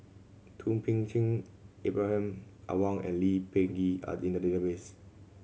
Thum Ping Tjin Ibrahim Awang and Lee Peh Gee are in the database